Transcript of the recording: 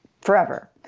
forever